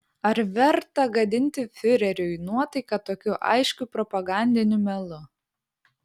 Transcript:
ar verta gadinti fiureriui nuotaiką tokiu aiškiu propagandiniu melu